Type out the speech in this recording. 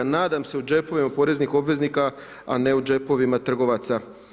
Nadam se u džepovima poreznih obveznika a ne u džepovima trgovaca.